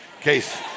case